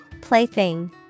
Plaything